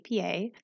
APA